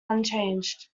unchanged